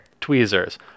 Tweezers